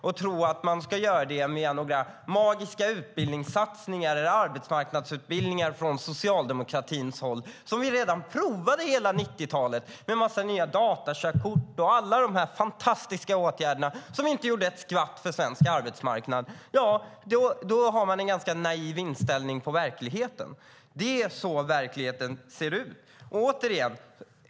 Att tro att människor ska göra det genom några magiska utbildningssatsningar, arbetsmarknadsutbildningar från socialdemokratins håll, som vi redan provade hela 90-talet med en massa nya datakörkort och alla de här fantastiska åtgärderna som inte gjorde ett skvatt för svensk arbetsmarknad, tyder på att man har en ganska naiv inställning till verkligheten. Det är så verkligheten ser ut.